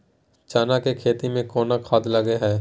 चना के खेती में कोन खाद लगे हैं?